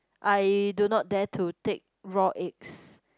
I do not dare to take raw eggs